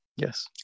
Yes